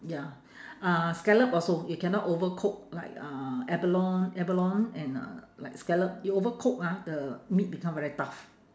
ya uh scallop also you cannot overcook like uh abalone abalone and uh like scallop you overcook ah the meat become very tough